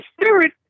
spirit